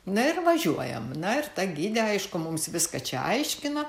na ir važiuojam na ir ta gidė aišku mums viską čia aiškina